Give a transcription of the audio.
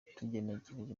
tugenekereje